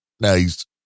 Nice